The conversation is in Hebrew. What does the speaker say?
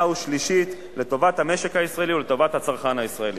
ושלישית לטובת המשק הישראלי ולטובת הצרכן הישראלי.